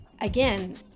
again